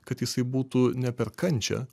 kad jisai būtų ne per kančią